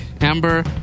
Amber